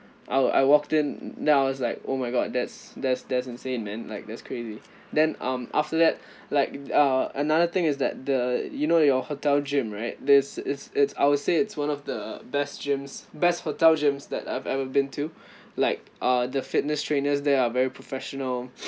I were I walked in then I was like oh my god that's that's that's insane man like that's crazy then um after that like uh another thing is that the you know your hotel gym right this it's it's I would say it's one of the best gym best hotel gyms that I've ever been to like uh the fitness trainers there are very professional